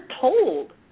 told